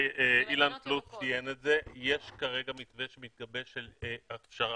ואילן פלוס ציין את זה יש כרגע הסכם שמתגבש לאפשר